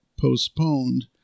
postponed